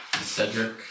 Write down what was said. Cedric